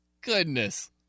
goodness